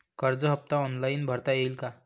कर्ज हफ्ता ऑनलाईन भरता येईल का?